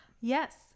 Yes